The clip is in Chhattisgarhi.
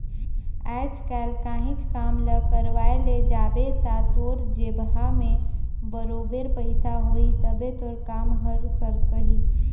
आएज काएल काहींच काम ल करवाए ले जाबे ता तोर जेबहा में बरोबेर पइसा होही तबे तोर काम हर सरकही